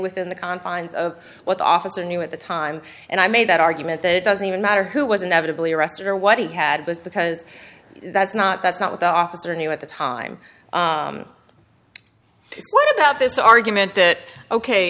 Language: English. within the confines of what the officer knew at the time and i made that argument that it doesn't even matter who was inevitably arrested or what he had was because that's not that's not what the officer knew at the time what about this argument that ok